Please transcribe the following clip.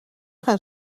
gaan